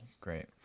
Great